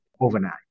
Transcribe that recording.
overnight